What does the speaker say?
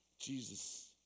Jesus